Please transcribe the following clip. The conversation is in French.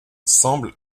semble